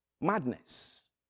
madness